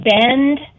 bend